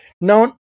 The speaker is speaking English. Now